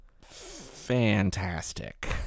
Fantastic